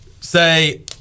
say